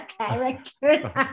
character